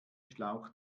schlauch